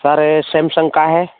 sir Samsung का है